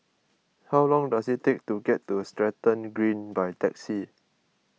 how long does it take to get to Stratton Green by taxi